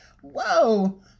Whoa